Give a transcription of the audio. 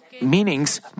meanings